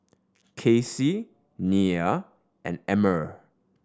Kacy Nia and Emmer